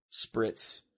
spritz